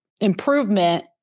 improvement